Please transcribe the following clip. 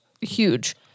huge